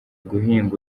guhinga